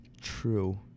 True